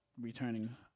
Returning